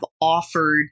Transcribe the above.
offered